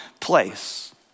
place